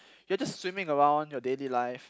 you are just swimming around your daily life